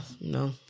No